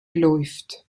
läuft